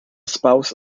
spouse